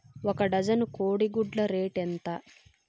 ఒక డజను కోడి గుడ్ల రేటు ఎంత?